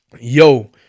yo